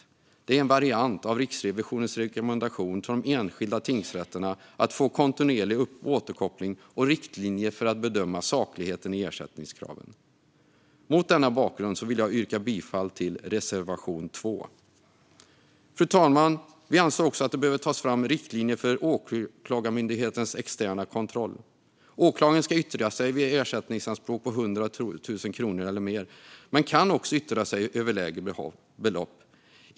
Detta är en variant av Riksrevisionens rekommendation om att de enskilda tingsrätterna ska få kontinuerlig återkoppling och riktlinjer för att bedöma sakligheten i ersättningskraven. Mot denna bakgrund vill jag yrka bifall till reservation 2. Fru talman! Vi anser också att det behöver tas fram riktlinjer för Åklagarmyndighetens externa kontroll. Åklagaren ska yttra sig vid ersättningsanspråk på 100 000 kronor eller mer men kan också yttra sig över lägre belopp.